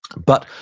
but,